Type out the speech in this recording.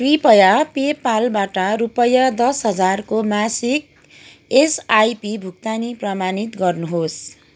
कृपया पे पालबाट रुपैयाँ दस हजारको मासिक एसआइपी भुक्तानी प्रमाणित गर्नुहोस्